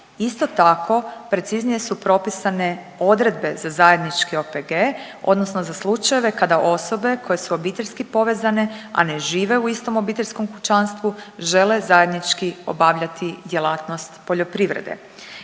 Isto tako, preciznije su propisane odredbe za zajednički OPG odnosno za slučajeve kada osobe koje su obiteljski povezane, a ne žive u istom obiteljskom kućanstvu žele zajednički obavljati djelatnost poljoprivrede.